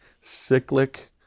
cyclic